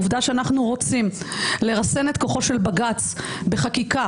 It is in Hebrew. העובדה שאנחנו רוצים לרסן את כוחו של בג"ץ בחקיקה,